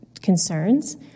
concerns